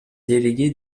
délégués